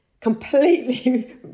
completely